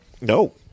No